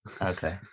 okay